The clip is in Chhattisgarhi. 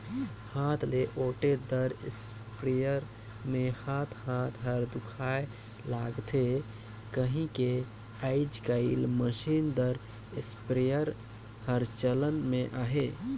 हाथ ले ओटे दार इस्पेयर मे हाथ हाथ हर दुखाए लगथे कहिके आएज काएल मसीन दार इस्पेयर हर चलन मे अहे